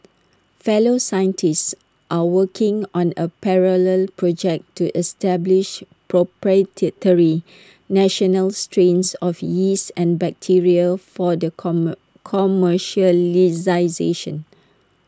fellow scientists are working on A parallel project to establish proprietary national strains of yeast and bacteria for the comer commercialisation